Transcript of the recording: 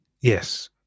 Yes